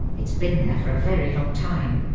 it's been there for a very long time.